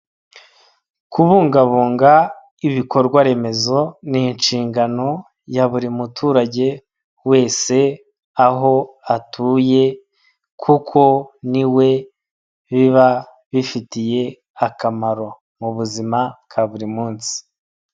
Kubungabunga ibikorwa remezo ni inshingano ya buri muturage wese, aho atuye kuko niwe biba bifitiye akamaro mu buzima ka buri munsi.